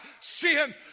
sin